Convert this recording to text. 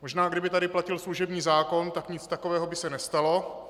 Možná kdyby tady platil služební zákon, nic takového by se nestalo.